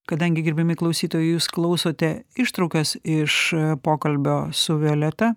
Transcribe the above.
kadangi gerbiami klausytojai jūs klausote ištraukas iš pokalbio su violeta